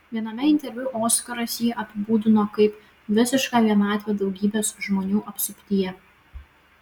viename interviu oskaras jį apibūdino kaip visišką vienatvę daugybės žmonių apsuptyje